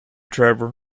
trevor